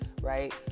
right